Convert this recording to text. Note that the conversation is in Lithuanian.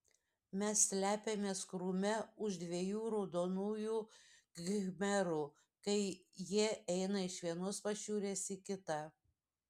mes slepiamės krūme už dviejų raudonųjų khmerų kai jie eina iš vienos pašiūrės į kitą